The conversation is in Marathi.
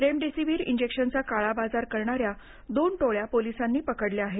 रेमीडेसिव्हीर इंजेक्शनचा काळाबाजार करणाया दोन टोळ्या पोलिसांनी पकडल्या आहेत